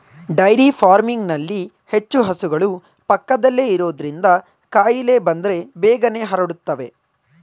dairy ಫಾರ್ಮಿಂಗ್ನಲ್ಲಿ ಹೆಚ್ಚು ಹಸುಗಳು ಪಕ್ಕದಲ್ಲೇ ಇರೋದ್ರಿಂದ ಕಾಯಿಲೆ ಬಂದ್ರೆ ಬೇಗನೆ ಹರಡುತ್ತವೆ